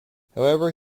however